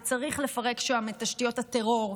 וצריך לפרק שם את תשתיות הטרור,